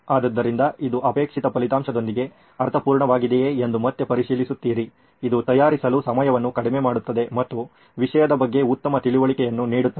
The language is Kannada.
ಆದ್ದರಿಂದ ಇದು ಅಪೇಕ್ಷಿತ ಫಲಿತಾಂಶದೊಂದಿಗೆ ಅರ್ಥಪೂರ್ಣವಾಗಿದೆಯೆ ಎಂದು ಮತ್ತೆ ಪರಿಶೀಲಿಸುತ್ತಿರಿ ಇದು ತಯಾರಿಸಲು ಸಮಯವನ್ನು ಕಡಿಮೆ ಮಾಡುತ್ತದೆ ಮತ್ತು ವಿಷಯದ ಬಗ್ಗೆ ಉತ್ತಮ ತಿಳುವಳಿಕೆಯನ್ನು ನೀಡುತ್ತದೆ